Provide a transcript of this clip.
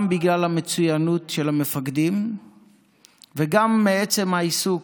גם בגלל המצוינות של המפקדים וגם מעצם העיסוק,